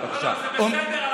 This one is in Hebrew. זה בסדר.